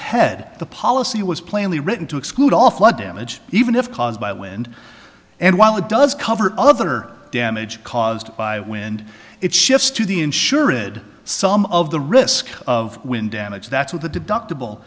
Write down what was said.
head the policy was plainly written to exclude all flood damage even if caused by wind and while it does cover other damage caused by wind it shifts to the ensure it some of the risk of wind damage that's what the deductible